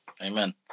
Amen